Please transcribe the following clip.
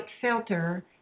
filter